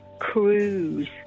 cruise